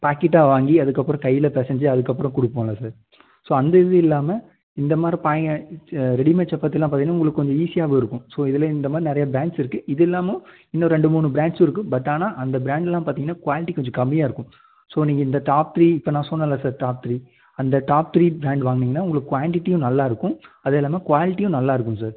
பாக்கெட்டாக வாங்கி அதுக்கப்புறம் கையில் பெசைஞ்சி அதுக்கப்பபுறம் கொடுப்போம்ல சார் ஸோ அந்த இது இல்லாமல் இந்தமாதிரி ப ரெடிமேட் சப்பாத்திலாம் பார்த்தீங்கன்னா உங்களுக்கு கொஞ்சம் ஈஸியாகவும் இருக்கும் ஸோ இதில் இந்தமாதிரி நிறையா பிராண்ட்ஸ் இருக்குது இது இல்லாமல் இன்னும் ரெண்டு மூணு பிராண்ட்ஸ் இருக்குது பட் ஆனால் அந்த பிராண்டிலலாம் பார்த்தீங்கன்னா குவான்டிட்டி கொஞ்சம் கம்மியாக இருக்கும் ஸோ நீங்கள் இந்த டாப் த்ரீ இப்போ நான் சொன்னேன்ல சார் டாப் த்ரீ அந்த டாப் த்ரீ பிராண்ட் வாங்குனீங்கன்னா உங்களுக்கு குவான்டிட்டியும் நல்லா இருக்கும் அது இல்லாமல் குவாலிட்டியும் நல்லா இருக்கும் சார்